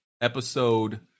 episode